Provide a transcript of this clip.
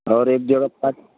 और एक जगह बात